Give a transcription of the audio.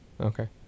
okay